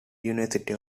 university